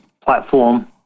platform